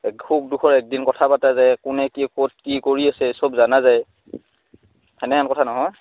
এই সুখ দুখৰ একদিন কথা পাতা যায় কোনে কি ক'ত কি কৰি আছে চব জানা যায় সেনেহেন কথা নহয়